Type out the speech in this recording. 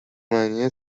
معنی